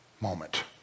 moment